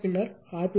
ஆக இருக்கும்